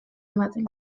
ematen